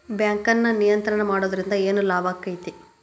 ಬ್ಯಾಂಕನ್ನ ನಿಯಂತ್ರಣ ಮಾಡೊದ್ರಿಂದ್ ಏನ್ ಲಾಭಾಕ್ಕತಿ?